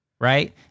right